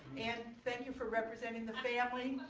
ann, thank you for representing the family.